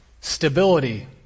stability